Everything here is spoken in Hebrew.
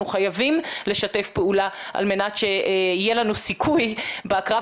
אנחנו חייבים לשתף פעולה על מנת שיהיה לנו סיכוי בקרב